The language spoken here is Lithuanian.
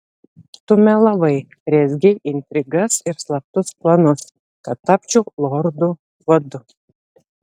tu melavai rezgei intrigas ir slaptus planus kad tapčiau lordu vadu